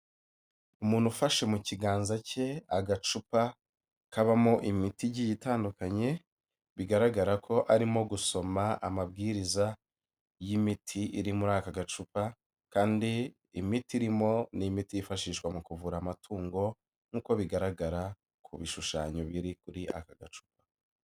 Umuntu ufashe mu kiganza cye agacupa kabamo imiti igiye itandukanye, bigaragara ko arimo gusoma amabwiriza y'imiti iri muri aka gacupa kandi imiti irimo ni imiti yifashishwa mu kuvura amatungo nk'uko bigaragara ku bishushanyo biri kuri aka gacupa.